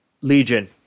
Legion